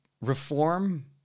reform